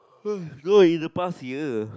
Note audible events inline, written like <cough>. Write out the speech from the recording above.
<noise> no in the past year